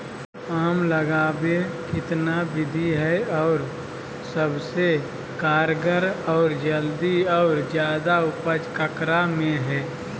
आम लगावे कितना विधि है, और सबसे कारगर और जल्दी और ज्यादा उपज ककरा में है?